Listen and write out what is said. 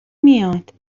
میاد